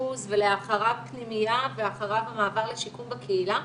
אשפוז ולאחריו פנימייה ואחריו המעבר לשיקום בקהילה.